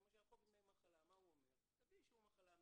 למשל חוק ימי מחלה מה הוא אומר תביא אישור מחלה מרופא,